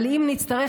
אבל אם נצטרך,